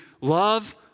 love